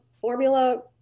formula